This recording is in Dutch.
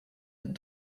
het